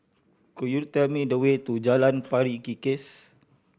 could you tell me the way to Jalan Pari Kikis